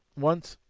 once,